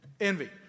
Envy